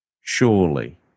surely